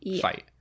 fight